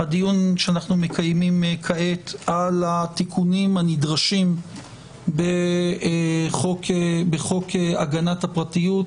הדיון שאנו מקיימים כעת על התיקונים הנדרשים בחוק הגנת הפרטיות,